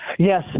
Yes